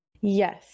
yes